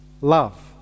love